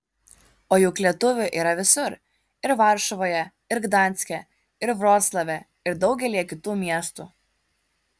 o juk lietuvių yra visur ir varšuvoje ir gdanske ir vroclave ir daugelyje kitų miestų